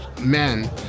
men